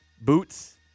boots